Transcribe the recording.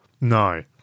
no